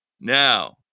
Now